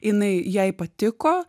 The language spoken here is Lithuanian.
jinai jai patiko